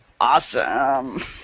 Awesome